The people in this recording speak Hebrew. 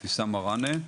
חה"כ אבתיסאם מראענה,